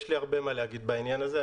יש לי הרבה מה להגיד בעניין הזה,